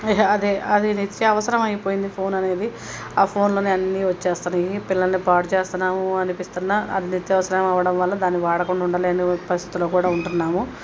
ఇహ అదే అది నిత్యవసరం అయిపోయింది ఫోన్ అనేది ఆ ఫోన్లో అన్నీ వస్తున్నాయి పిల్లలని పాడుచేస్తున్నాము అనిపిస్తున్నా అది నిత్యవసరం అవ్వడం వల్ల దాన్ని వాడకుండా ఉండలేని పరిస్థితులలో కూడా ఉంటున్నాము